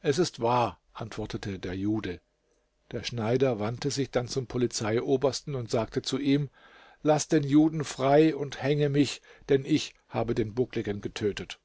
es ist wahr antwortete der jude der schneider wandte sich dann zum polizeiobersten und sagte zu ihm laß den juden frei und hänge mich denn ich habe den buckligen getötet